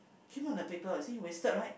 came out in the paper you see wasted right